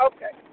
Okay